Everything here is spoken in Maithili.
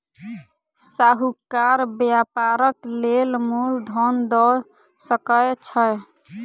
साहूकार व्यापारक लेल मूल धन दअ सकै छै